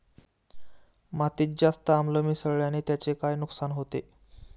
मातीत जास्त आम्ल मिसळण्याने त्याचे काय नुकसान होते?